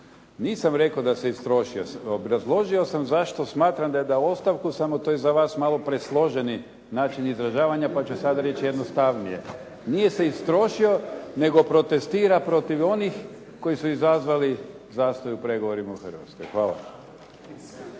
Nisam rekao da se istrošio. Obrazložio sam zašto smatram da je dao ostavku, samo to je za vas malo presloženi način izražavanja, pa ću sad reći jednostavnije. Nije se istrošio, nego protestira protiv onih koji su izazvali zastoj u pregovorima u Hrvatskoj. Hvala.